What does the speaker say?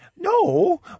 No